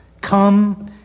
Come